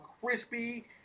crispy